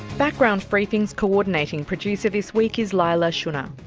background briefing's coordinating producer this week is leila shunnar,